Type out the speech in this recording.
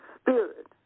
Spirit